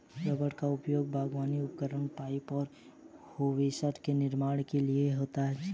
rubber का उपयोग बागवानी उपकरण, पाइप और होसेस के निर्माण के लिए किया जाता है